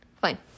fine